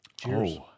Cheers